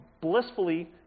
blissfully